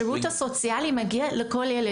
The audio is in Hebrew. השירות הסוציאלי מגיע לכל ילד.